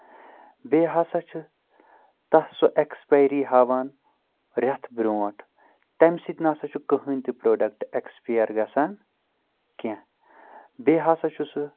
بیٚیہِ ہسا چھُ تتھ سُہ ایٚکٕسپایری ہاوان رؠتھ برونٛٹھ تَمہِ سۭتۍ نسا چھُ کٕہٕینۍ تہِ پروڈکٹ اؠکٕسپِایر گژھان کینٛہہ بیٚیہِ ہسا چھُ سُہ